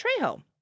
Trejo